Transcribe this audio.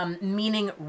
meaning